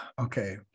okay